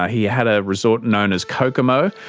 ah he had a resort known as kokomo.